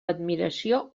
admiració